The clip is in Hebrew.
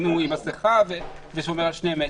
אם הוא עם מסכה ושומר על שני מטרים,